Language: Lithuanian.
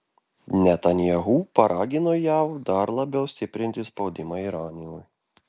netanyahu paragino jav dar labiau stiprinti spaudimą iranui